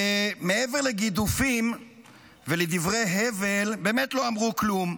ומעבר לגידופים ולדברי הבל, באמת לא אמרו כלום.